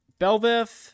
Belveth